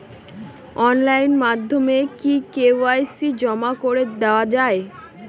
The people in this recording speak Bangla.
অনলাইন মাধ্যমে কি কে.ওয়াই.সি জমা করে দেওয়া য়ায়?